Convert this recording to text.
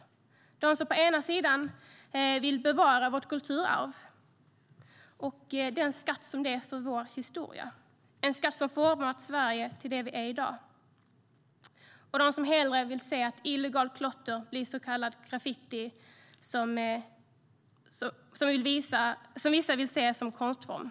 På ena sidan finns de som vill bevara vårt kulturarv och den skatt det är för vår historia - en skatt som format Sverige till det vi är i dag - och på andra sidan finns de som hellre vill se att illegalt klotter blir så kallad graffiti, vilket vissa vill se som konstform.